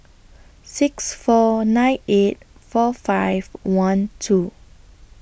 six four nine eight four five one two